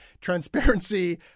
Transparency